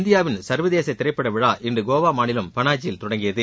இந்தியாவின் சர்வதேச திரைப்படவிழா இன்று கோவா மாநிலம் பனாஜியில் தொடங்கியது